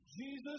Jesus